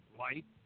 light